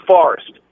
Forest